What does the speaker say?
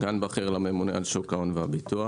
סגן בכיר לממונה על שוק ההון והביטוח.